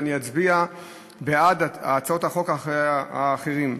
ואני אצביע בעד הצעות החוק האחרות,